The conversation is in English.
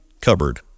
cupboard